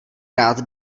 rád